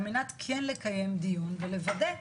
על מנת כן לקיים דיון ולוודא,